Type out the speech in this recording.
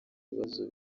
ibibazo